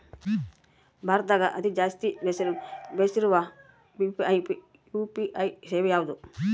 ಭಾರತದಗ ಅತಿ ಜಾಸ್ತಿ ಬೆಸಿರೊ ಯು.ಪಿ.ಐ ಸೇವೆ ಯಾವ್ದು?